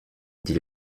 dit